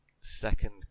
second